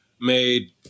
made